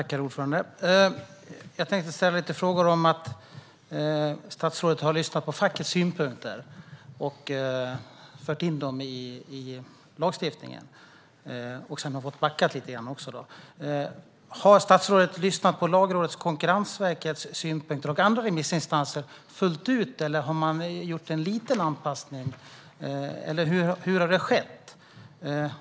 Herr talman! Jag tänkte ställa lite frågor. Statsrådet har lyssnat på fackets synpunkter, fört in dem i lagstiftningen och har sedan fått backa lite grann. Har statsrådet lyssnat på Lagrådets och Konkurrensverkets synpunkter och andra remissinstanser fullt ut, eller har man gjort en liten anpassning? Hur har det skett?